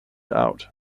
out